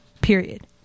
Period